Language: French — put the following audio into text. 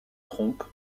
trompe